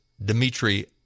Dmitry